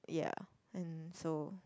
ya and so